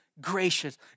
gracious